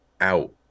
out